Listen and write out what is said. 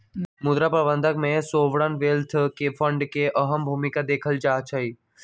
मुद्रा प्रबन्धन में सॉवरेन वेल्थ फंड के अहम भूमिका देखल जाहई